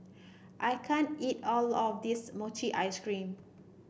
I can't eat all of this Mochi Ice Cream